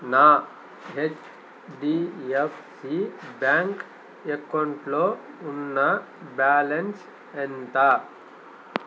నా HDFC bank ఎకౌంట్లో ఉన్న బ్యాలన్స్ ఎంత